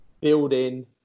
building